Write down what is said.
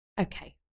Okay